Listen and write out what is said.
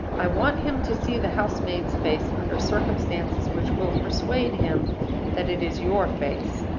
i want him to see the house-maid's face under circumstances which will persuade him that it is your face.